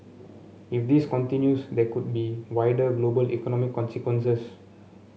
if this continues there could be wider global economic consequences